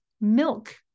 milk